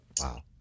wow